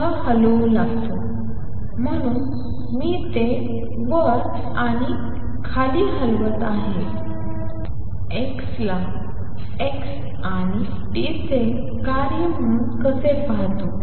सह हलवू लागतो म्हणून मी ते वर आणि खाली हलवित आहे की विस्थापन x ला x आणि t चे कार्य म्हणून कसे पाहते